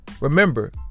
Remember